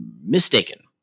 mistaken